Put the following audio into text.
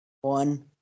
One